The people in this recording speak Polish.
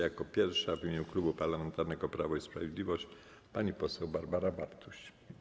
Jako pierwsza, w imieniu Klubu Parlamentarnego Prawo i Sprawiedliwość, głos zabierze pani poseł Barbara Bartuś.